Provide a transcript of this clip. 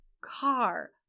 car